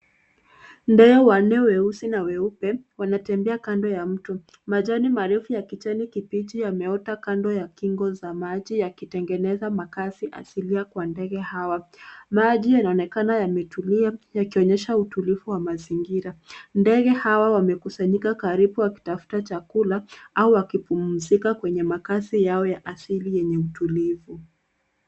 Ndege weusi na weupe wanaonekana kando ya mto. Majani marefu ya kichaka kidogo yameota kando ya kingo za maji na kutengeneza makazi ya asili kwa ndege hao. Maji yanaonekana yametulia yakionyesha utulivu wa mazingira